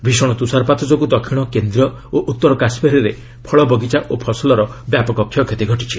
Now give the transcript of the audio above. ଭୀଷଣ ତୁଷାରପାତ ଯୋଗୁଁ ଦକ୍ଷିଣ କେନ୍ଦ୍ରୀୟ ଓ ଉତ୍ତର କାଶ୍ମୀରରେ ଫଳ ବଗିଚା ଓ ଫସଲର ବ୍ୟାପକ କ୍ଷତି ଘଟିଛି